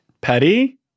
Petty